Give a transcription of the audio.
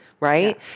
Right